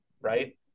right